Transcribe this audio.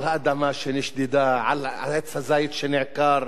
על האדמה שנשדדה, על עץ הזית שנעקר,